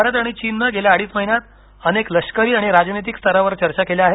भारत आणि चीनने गेल्या अडीच महिन्यांत अनेक लष्करी आणि राजनैतिक स्तरावर चर्चा केल्या आहेत